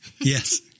Yes